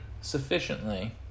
sufficiently